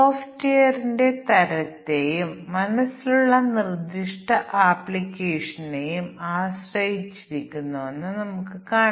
പലിശ നിരക്ക് തുക മാസങ്ങൾ തുടർന്ന് ഡൌൺ പേയ്മെന്റ് പേയ്മെന്റ് ആവൃത്തി എന്നിവ ഈ ഉദാഹരണം നമുക്ക് പരിഗണിക്കാം